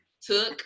took